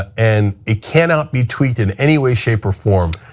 and it cannot be tweaked in any way, shape, or form,